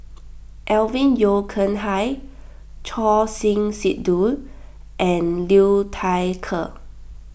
Alvin Yeo Khirn Hai Choor Singh Sidhu and Liu Thai Ker